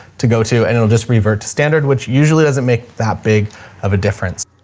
to go to and it'll just revert to standard, which usually doesn't make that big of a difference.